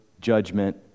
judgment